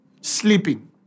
sleeping